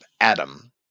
Adam